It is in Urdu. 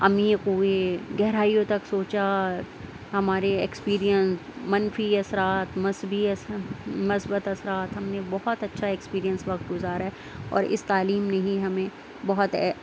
عمیق ہوئے گہرائیوں تک سوچا ہمارے ایکسپیریئن منفی اثرات مثبی اسم مثبت اثرات ہم نے بہت اچھا ایکسپیریئنس وقت گزارا اور اس تعلیم نے ہی ہمیں بہت